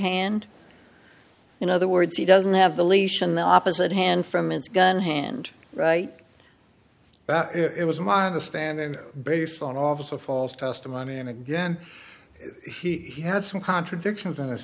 hand in other words he doesn't have the leash and the opposite hand from its gun hand right back it was my understanding based on officer false testimony and again he had some contradictions